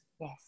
yes